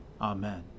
Amen